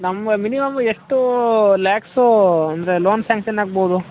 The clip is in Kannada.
ನಮ್ಮ ಮಿನಿಮಮ್ ಎಷ್ಟು ಲ್ಯಾಕ್ಸು ಅಂದರೆ ಲೋನ್ ಸ್ಯಾಂಕ್ಷನ್ ಆಗ್ಬೌದು